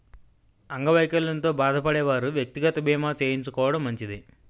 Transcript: అంగవైకల్యంతో బాధపడే వారు వ్యక్తిగత బీమా చేయించుకోవడం మంచిది